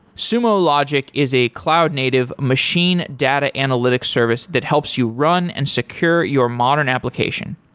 sumo logic is a cloud native machine data analytics service that helps you run and secure your modern application.